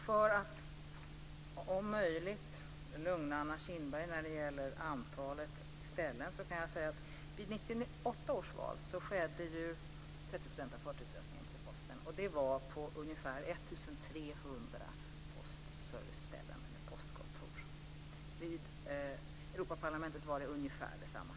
För att om möjligt lugna Anna Kinberg när det gäller antalet lokaler kan jag säga att vid 1988 års val skedde 30 % av förtidsröstningen på posten. Det fanns då ca 1 300 postkontor. Vid valet till Europaparlamentet var antalet ungefär detsamma.